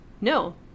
No